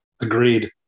Agreed